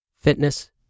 fitness